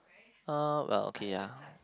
uh well okay ya